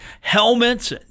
helmets